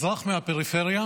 אזרח מהפריפריה